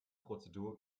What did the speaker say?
prozedur